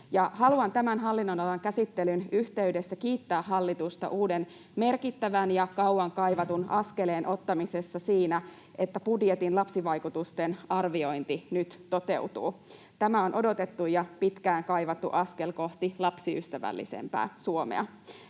Haluan tämän hallinnonalan käsittelyn yhteydessä kiittää hallitusta uuden, merkittävän ja kauan kaivatun askeleen ottamisesta siinä, että budjetin lapsivaikutusten arviointi nyt toteutuu. Tämä on odotettu ja pitkään kaivattu askel kohti lapsiystävällisempää Suomea.